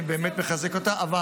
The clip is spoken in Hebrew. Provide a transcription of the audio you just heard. אני באמת מחזק אותה -- זהו,